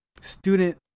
student